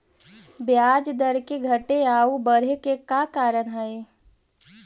ब्याज दर के घटे आउ बढ़े के का कारण हई?